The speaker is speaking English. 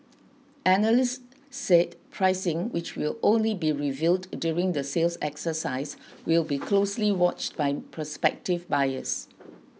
analysts said pricing which will only be revealed during the sales exercise will be closely watched by prospective buyers